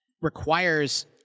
requires